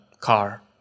car